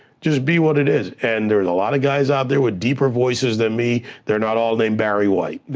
just be what it is, and there's a lot of guys out there with deeper voices than me. they're not all named barry white.